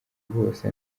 bose